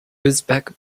uzbek